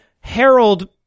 Harold